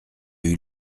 eue